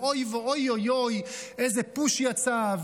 ואוי אוי אוי, איזה פוש יצא.